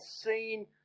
seen